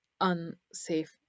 unsafe